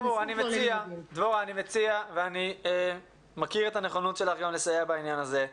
אני מכיר את הנכונות שלך לסייע בעניין הזה.